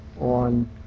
on